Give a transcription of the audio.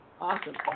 awesome